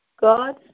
God